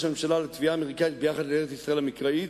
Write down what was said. הממשלה לתביעה האמריקנית ביחס לארץ-ישראל המקראית,